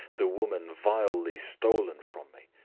the woman vilely stolen from me,